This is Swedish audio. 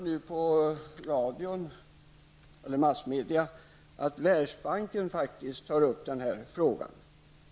Av massmedia framgår det att Världsbanken har tagit upp denna fråga till diskussion.